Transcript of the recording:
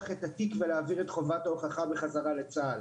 את התיק ולהעביר את חובת ההוכחה בחזרה לצה"ל.